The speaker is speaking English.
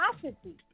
capacity